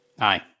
Aye